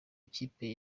ikipe